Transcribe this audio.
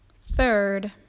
Third